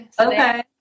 Okay